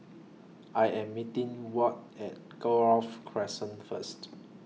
I Am meeting Wyatt At Grove Crescent First